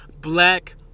black